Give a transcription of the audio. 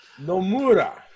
Nomura